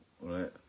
right